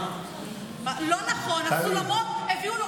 לא נכון, את הסולמות הביאו לוחמי האש.